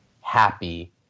happy